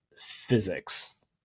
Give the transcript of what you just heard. physics